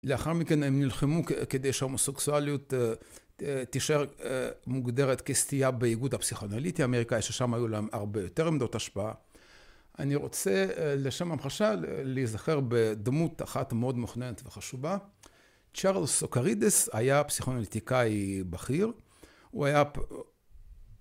לאחר מכן הם נלחמו כדי שההומוסקסואליות תשאר מוגדרת כסטייה באיגוד הפסיכואנליטי האמריקאי ששם היו להם הרבה יותר עמדות השפעה. אני רוצה לשם המחשה להזכר בדמות אחת מאוד מכוננת וחשובה. צ'רלס אוקרידס היה פסיכואנליטיקאי בכיר